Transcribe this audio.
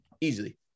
easily